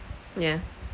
yeah